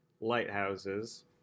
lighthouses